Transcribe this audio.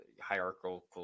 hierarchical